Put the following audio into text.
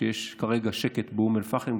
שיש כרגע שקט באום אל-פחם.